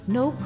no